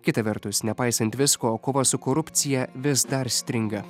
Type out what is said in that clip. kita vertus nepaisant visko kova su korupcija vis dar stringa